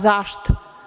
Zašto?